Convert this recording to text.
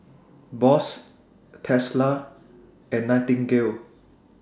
Bose Tesla and Nightingale